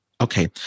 Okay